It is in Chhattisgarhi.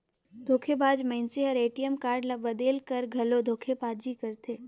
धोखेबाज मइनसे हर ए.टी.एम कारड ल बलेद कर घलो धोखेबाजी करथे